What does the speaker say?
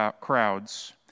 crowds